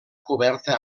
coberta